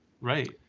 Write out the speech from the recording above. Right